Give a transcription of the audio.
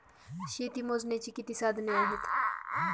शेती मोजण्याची किती साधने आहेत?